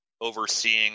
overseeing